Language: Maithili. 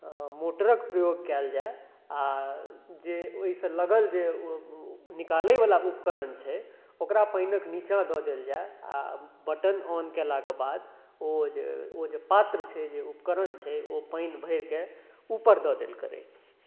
मोटरके प्रयोग कएल जाइ आओर जे ओहिसँ लगल जे निकालैवला उपकरण छै ओकरा पानिके निचाँ दऽ देल जाइ आओर बटन ऑन केलाके बाद ओ जे ओ जे पात्र छै जे उपकरण छै ओ पानि भरिके उपर दऽ देल करै